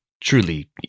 truly